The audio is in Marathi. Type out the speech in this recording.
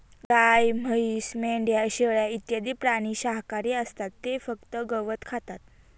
गाय, म्हैस, मेंढ्या, शेळ्या इत्यादी प्राणी शाकाहारी असतात ते फक्त गवत खातात